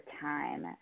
time